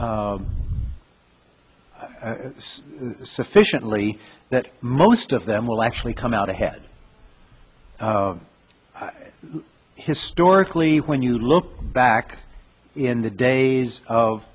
benefit sufficiently that most of them will actually come out ahead historically when you look back in the days of